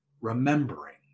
remembering